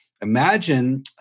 Imagine